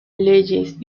leyes